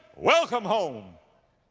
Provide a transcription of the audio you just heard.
welcome home.